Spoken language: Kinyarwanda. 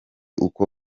uko